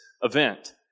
event